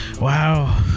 Wow